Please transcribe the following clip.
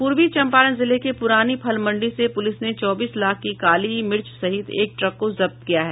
पूर्वी चंपारण जिले के पुरानी फल मंडी से पुलिस ने चौबीस लाख की काली मिर्च सहित एक ट्रक को जब्त किया है